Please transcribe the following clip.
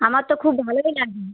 আমার তো খুব ভালোই লাগে